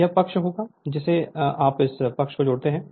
तो यह पक्ष वह होगा जिसे आप इस पक्ष को जोड़ते हैं